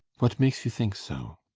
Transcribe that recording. what makes you think so?